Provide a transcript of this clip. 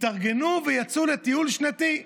התארגנו ויצאו לטיול שנתי.